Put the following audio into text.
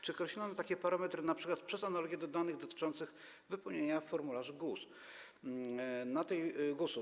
Czy określono takie parametry np. przez analogię do danych dotyczących wypełnienia formularzy GUS-u?